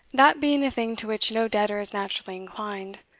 that being a thing to which no debtor is naturally inclined,